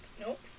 Nope